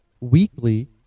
weekly